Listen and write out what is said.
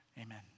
amen